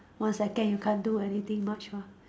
one second you can't do anything much mah